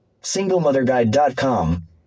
SingleMotherGuide.com